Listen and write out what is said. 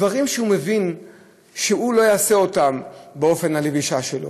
דברים שהוא מבין שהוא לא יעשה באופן הלבוש שלו,